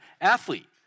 athlete